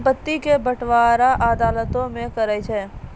संपत्ति के बंटबारा अदालतें भी करै छै